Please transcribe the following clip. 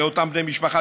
לאותם בני משפחה,